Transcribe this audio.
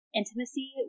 intimacy